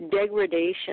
degradation